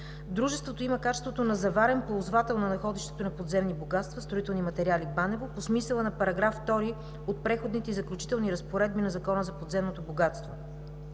Дружеството има качеството на заварен ползвател на находище „Банево“ на подземни богатства, строителни материали по смисъла на § 2 от Преходните и заключителни разпоредби на Закона за подземното богатство.